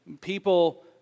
people